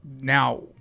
Now